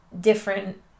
different